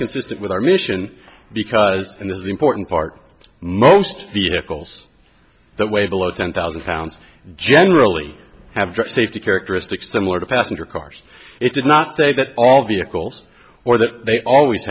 consistent with our mission because in this important part most vehicles that way below ten thousand pounds generally have drug safety characteristics similar to passenger cars it does not say that all vehicles or that they always